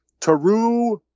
Taru